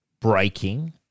Breaking